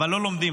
אבל לא לומדים.